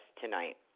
tonight